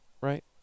Right